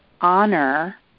honor